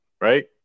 right